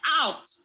out